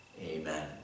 amen